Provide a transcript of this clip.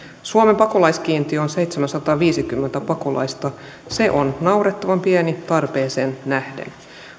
suomen pakolaiskiintiö on seitsemänsataaviisikymmentä pakolaista se on naurettavan pieni tarpeeseen nähden